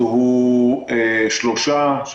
זוהו שלושה מטופלים,